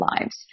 lives